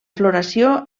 floració